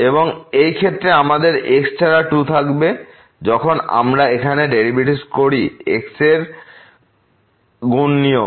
এবং এই ক্ষেত্রে আমাদের x ছাড়া 2 থাকবে যখন আমরা এখানে এই ডেরিভেটিভটি করি x এর গুণ নিয়ম